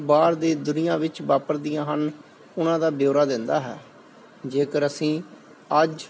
ਬਾਹਰ ਦੀ ਦੁਨੀਆਂ ਵਿੱਚ ਵਾਪਰਦੀਆਂ ਹਨ ਉਹਨਾਂ ਦਾ ਬਿਊਰਾ ਦਿੰਦਾ ਹੈ ਜੇਕਰ ਅਸੀਂ ਅੱਜ